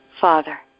Father